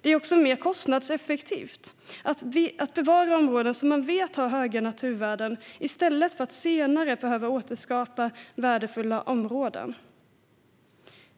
Det är mer kostnadseffektivt att bevara områden som man vet har höga naturvärden än att senare behöva återskapa värdefulla områden.